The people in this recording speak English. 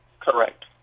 Correct